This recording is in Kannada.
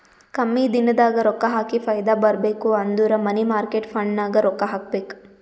ಕಮ್ಮಿ ದಿನದಾಗ ರೊಕ್ಕಾ ಹಾಕಿ ಫೈದಾ ಬರ್ಬೇಕು ಅಂದುರ್ ಮನಿ ಮಾರ್ಕೇಟ್ ಫಂಡ್ನಾಗ್ ರೊಕ್ಕಾ ಹಾಕಬೇಕ್